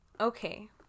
Okay